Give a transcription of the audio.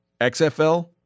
XFL